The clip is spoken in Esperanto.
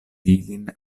ilin